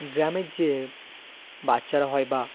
গ্রামের যে বাচ্চারা হয় বা